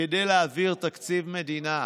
כדי להעביר תקציב מדינה.